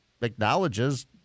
acknowledges